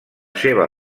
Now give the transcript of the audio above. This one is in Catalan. seva